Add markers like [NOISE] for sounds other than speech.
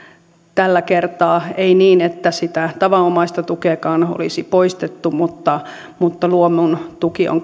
tällä kertaa ei ole niin että sitä tavanomaistakaan tukea olisi poistettu mutta mutta luomun tuki on [UNINTELLIGIBLE]